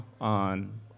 on